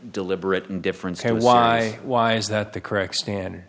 deliberate and different say why why is that the correct stan